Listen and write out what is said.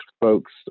folks